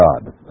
God